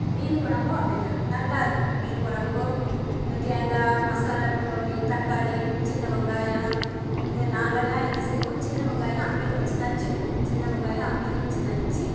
மீன் கொழம்பும் அப்படி தான் நல்லா இருக்கும் மீன் கொழம்பும் இந்த தேங்காய் மசாலாப் பொடி தக்காளி சின்ன வெங்காயம் நாங்கெல்லாம் என்ன செய்வோம் சின்ன வெங்காயம் அம்மியில வைச்சு நச்சுடுவோம் சின்ன வெங்காயம் அம்மியில் வைச்சு நச்சு